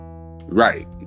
Right